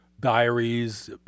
diaries